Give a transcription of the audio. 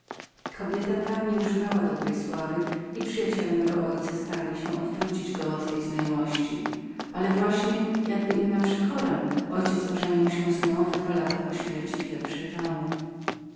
kobieta ta nieużywała dobrej sławy i przyjaciele mego ojca starali się odwrócić go od tej znajomości ale właśnie jakby im na przekorę mój ojciec ożenił się z nią we dwa lata po śmierci pierwszej żony